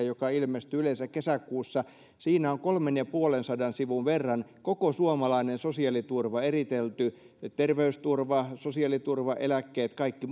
joka ilmestyy yleensä kesäkuussa on kolmen ja puolensadan sivun laajuudessa koko suomalainen sosiaaliturva eritelty terveysturva sosiaaliturva eläkkeet kaikki